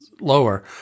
lower